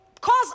cause